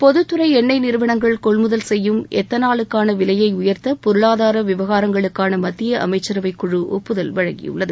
பொதுத்துறை எண்ணெய் நிறுவனங்கள் கொள்முதல் செய்யும் எத்தனாலுக்கான விலையை உயர்த்த பொருளாதார விவகாரங்களுக்கான மத்திய அமைச்சரவை குழு ஒப்புதல் வழங்கியுள்ளது